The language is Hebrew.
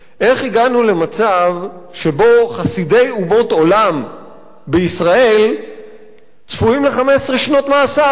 איך הגענו למצב שבו חסידי אומות עולם בישראל צפויים ל-15 שנות מאסר?